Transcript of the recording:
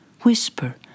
whisper